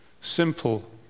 simple